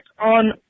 on